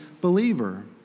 believer